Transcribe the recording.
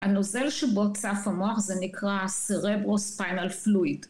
הנוזל שבו צף המוח זה נקרא cerebrospinal fluid.